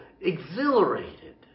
exhilarated